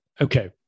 Okay